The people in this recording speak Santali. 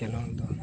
ᱠᱷᱮᱞᱳᱰ ᱫᱚ